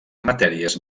matèries